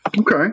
Okay